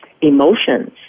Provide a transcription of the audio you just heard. emotions